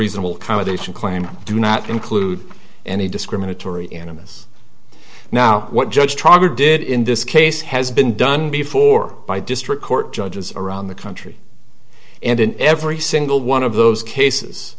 reasonable accommodation claim do not include any discriminatory animus now what judge trotter did in this case has been done before by district court judges around the country and in every single one of those cases